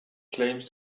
claims